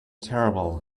terrible